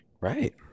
right